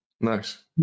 Nice